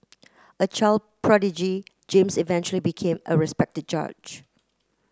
a child prodigy James eventually became a respected judge